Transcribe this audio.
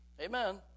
Amen